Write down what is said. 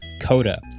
CODA